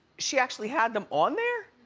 she actually had them on there?